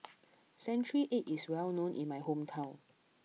Century Egg is well known in my hometown